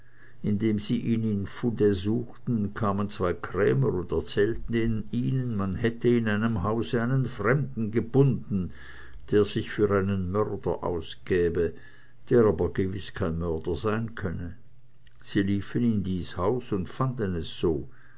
indem sie ihn in fouday suchten kamen zwei krämer und erzählten ihnen man hätte in einem hause einen fremden gebunden der sich für einen mörder ausgäbe der aber gewiß kein mörder sein könne sie liefen in dies haus und fanden es so